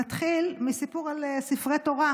נתחיל מסיפור על ספרי תורה,